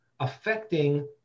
affecting